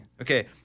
Okay